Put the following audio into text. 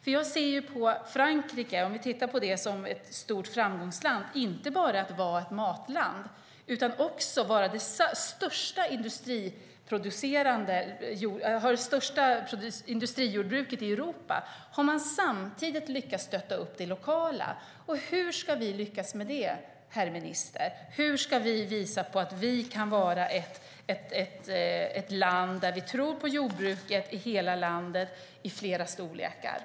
Vi kan se på Frankrike, som är ett framgångsland inte bara när det gäller att vara ett matland, utan man har också det största industrijordbruket i Europa. Där har man samtidigt lyckats stötta det lokala. Hur ska vi lyckas med det, herr minister? Hur ska vi visa att vi kan vara ett land där vi tror på jordbruk i flera storlekar i hela landet?